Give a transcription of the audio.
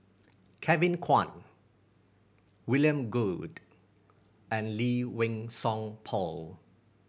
Kevin Kwan William Goode and Lee Wei Song Paul